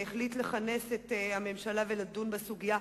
החליט לכנס את הממשלה ולדון בסוגיה.